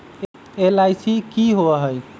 LIC की होअ हई?